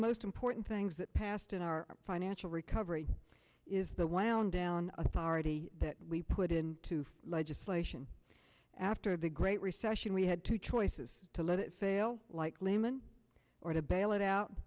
most important things that passed in our financial recovery is the wound down authority that we put in legislation after the great recession we had two choices to let it fail like lehman or to bail it out